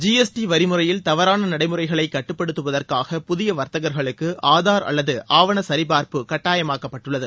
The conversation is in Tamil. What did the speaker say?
ஜி எஸ் டி வரி முறையில் தவறான நடைமுறைகளை கட்டுப்படுத்துவதற்காக புதிய வர்த்தகர்களுக்கு ஆதார் அல்லது ஆவண சரிபார்ப்பு கட்டாயமாக்கப்பட்டுள்ளது